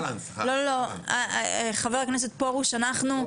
חבר הכנסת פורוש אנחנו,